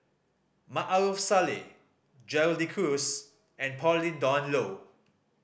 Maarof Salleh Gerald De Cruz and Pauline Dawn Loh